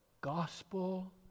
gospel